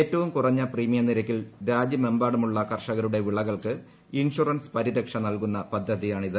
ഏറ്റവും ക്ടുറഞ്ഞ് പ്രീമിയം നിരക്കിൽ രാജ്യമെമ്പാടുമുള്ള കർഷ്കരുടെ വിളകൾക്ക് ഇൻഷുറൻസ് പരിരക്ഷ നൽകുന്ന പദ്ധതിയാണിത്